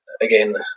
again